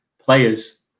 players